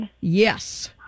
Yes